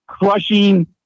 crushing